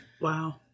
Wow